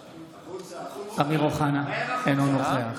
אמיר אוחנה, אינו נוכח